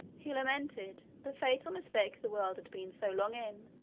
he lamented the fatal mistake the world had been so long in,